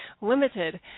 limited